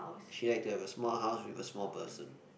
she like to have a small house with a small person